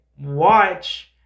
watch